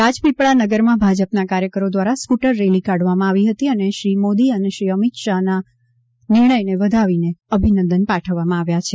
રાજપીપળા નગરમાં ભાજપના કાર્યકરો દ્વારા સ્કુટર રેલી કાઢવામાં આવી હતી અને શ્રી નરેન્દ્ર મોદી અને શ્રી અમિત શાહના નિર્ણયને વધાવી અભિનંદન પાઠવ્યા છે